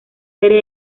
serie